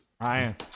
Ryan